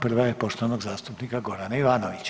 Prva je poštovanog zastupnika Gorana Ivanovića.